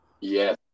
Yes